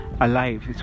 alive